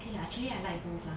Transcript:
okay lah actually I like both lah